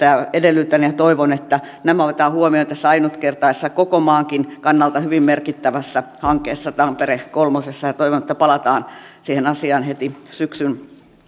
ja edellytän ja ja toivon että nämä otetaan huomioon tässä ainutkertaisessa koko maankin kannalta hyvin merkittävässä hankkeessa tampere kolmosessa ja toivon että palataan siihen asiaan heti syksyn